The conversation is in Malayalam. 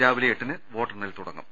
രാവിലെ എട്ടിന് വോട്ടെണ്ണൽ തുടങ്ങും